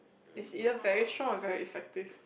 is either very strong or very effective